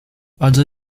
other